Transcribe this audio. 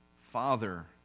Father